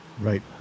right